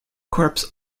corpse